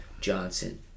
Johnson